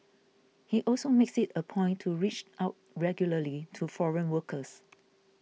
he also makes it a point to reach out regularly to foreign workers